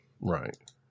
Right